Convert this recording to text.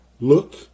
Look